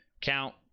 count